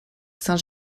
saint